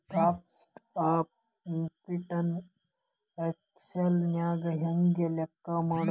Cost of equity ನ Excel ನ್ಯಾಗ ಹೆಂಗ್ ಲೆಕ್ಕಾ ಮಾಡೊದು?